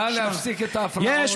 נא להפסיק את ההפרעות.